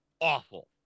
awful